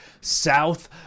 South